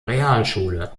realschule